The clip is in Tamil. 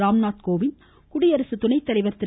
ராம்நாத் கோவிந்த் குடியரசு துணைத்தலைவர் திரு